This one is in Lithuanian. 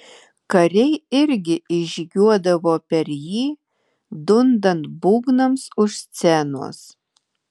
kariai irgi įžygiuodavo per jį dundant būgnams už scenos